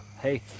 hey